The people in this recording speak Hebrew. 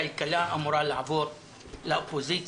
כלכלה אמורה לעבור לאופוזיציה,